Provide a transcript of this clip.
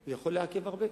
הוא יכול לעכב הרבה?